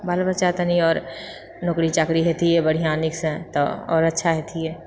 बालबच्चा तनि आओर नौकरी चाकरी हेतिए बढ़िआँ नीकसँ तऽ आओर अच्छा हेतिए